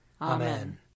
Amen